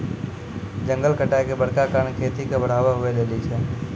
जंगल कटाय के बड़का कारण खेती के बढ़ाबै हुवै लेली छै